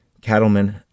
Cattlemen